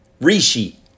Rishi